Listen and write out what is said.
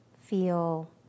feel